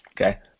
okay